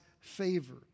favor